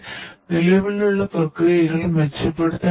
ഇവ നിങ്ങൾ ചിന്തിക്കേണ്ട വ്യത്യസ്ത പ്രശ്നങ്ങളിൽ ചിലതാണ്